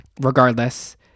regardless